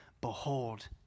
Behold